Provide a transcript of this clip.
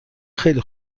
خیلی